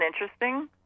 interesting